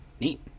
Neat